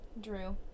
Drew